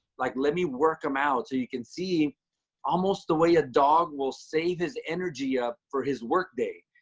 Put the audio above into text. like, let me work them out so and you can see almost the way a dog will save his energy up for his work day.